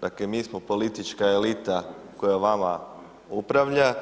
Dakle, mi smo politička elita koje vama upravlja,